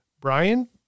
Brian